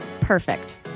Perfect